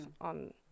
on